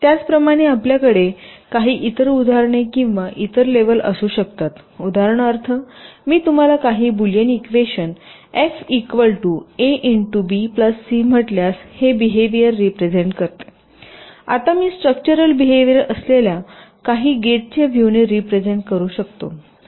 त्याचप्रमाणे आपल्याकडे काही इतर उदाहरणे किंवा इतर लेवल असू शकतात उदाहरणार्थ मी तुम्हाला काही Boolean equation f a b c म्हटल्यास हे बीहेवियर रीप्रेझेन्ट करते आता मी हे स्ट्रक्चरल बीहेवियर असलेल्या काही गेटच्या व्हिवने रीप्रेझेन्ट करू शकते